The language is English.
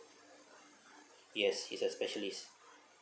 yes it's a specialist